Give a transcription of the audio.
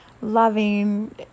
loving